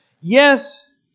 yes